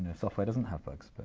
ah software doesn't have bugs,